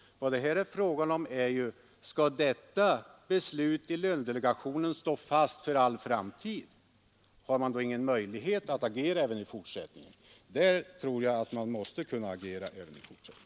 Vad det här är fråga om är: Skall detta beslut i lönedelegationen stå fast för all framtid? Jag tror att man måste kunna agera även i fortsättningen.